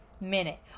minute